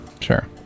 Sure